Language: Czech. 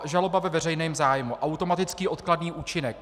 Žaloba ve veřejném zájmu, automatický odkladný účinek.